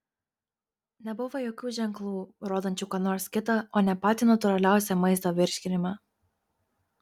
nebuvo jokių ženklų rodančių ką nors kitą o ne patį natūraliausią maisto virškinimą